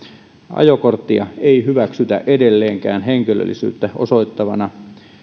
ajokorttia ei hyväksytä edelleenkään henkilöllisyyttä osoittavana